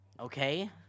Okay